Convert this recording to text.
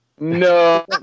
No